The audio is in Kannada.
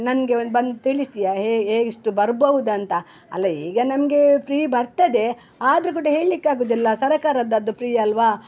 ನನಗೆ ಒಂದು ಬಂದು ತಿಳಿಸ್ತೀಯಾ ಇಷ್ಟು ಬರಬಹುದಂತ ಅಲ್ಲ ಈಗ ನಮ್ಗೆ ಫ್ರೀ ಬರ್ತದೆ ಆದ್ರೂ ಕೂಡ ಹೇಳ್ಲಿಕ್ಕಾಗುವುದಿಲ್ಲ ಸರಕಾರದ್ದು ಅದು ಫ್ರೀ ಅಲ್ಲವಾ